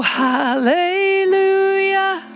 hallelujah